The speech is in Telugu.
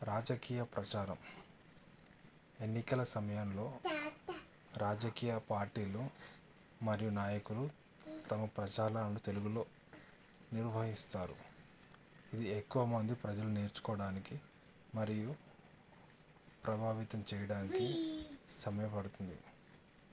రాజకీయ ప్రచారం ఎన్నికల సమయంలో రాజకీయ పార్టీలు మరియు నాయకులు తమ ప్రచారాలను తెలుగులో నిర్వహిస్తారు ఇది ఎక్కువ మంది ప్రజలు నేర్చుకోవడానికి మరియు ప్రభావితం చేయడానికి సమయపడుతుంది